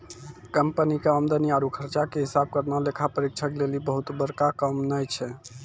company के आमदनी आरु खर्चा के हिसाब करना लेखा परीक्षक लेली बहुते बड़का काम नै छै